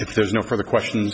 if there is no further question